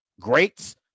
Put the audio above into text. greats